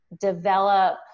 develop